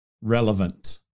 relevant